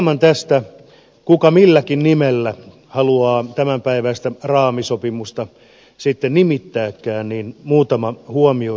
hieman tästä kuka milläkin nimellä haluaa tämänpäiväistä raamisopimusta sitten nimittääkään muutama huomio siitä